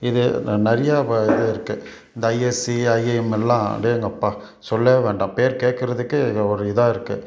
இது நிறையா இது இருக்கு இந்த ஐஐசி ஐஏஎம் எல்லாம் அடேங்கப்பா சொல்லவே வேண்டாம் பேர் கேக்கிறதுக்கே ஒரு இதாக இருக்குது